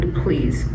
please